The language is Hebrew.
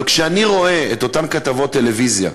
אבל כשאני רואה את אותן כתבות טלוויזיה,